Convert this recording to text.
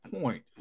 point